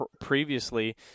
previously